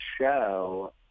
show